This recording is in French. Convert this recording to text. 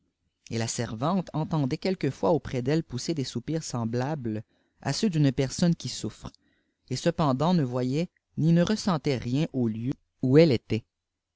et la servante entendait quelquefois auprès d'elle pousser des soupirs semblables à ceux d'une personne qui souffire él cependant ne voyait ni ne ressentait rien au lieu où elle était